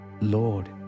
Lord